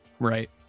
Right